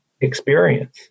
experience